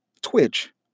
Twitch